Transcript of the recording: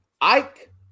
Ike